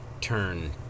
turn